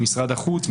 משרד החוץ,